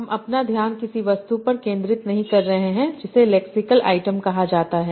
हम अपना ध्यान किसी वस्तु पर केंद्रित नहीं कर रहे हैं जिसे लेक्सिकल आइटम कहा जाता है